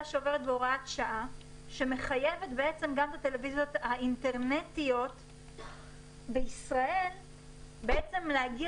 שמחייבת בעצם גם את הטלוויזיות האינטרנטיות בישראל להגיע